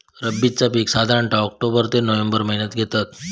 रब्बीचा पीक साधारण ऑक्टोबर ते नोव्हेंबर महिन्यात घेतत